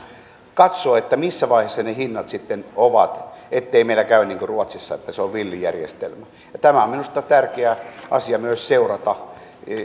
on katsottava missä vaiheessa ne hinnat sitten ovat ettei meillä käy niin kuin ruotsissa että se on villi järjestelmä tämä on minusta tärkeä asia myös seurata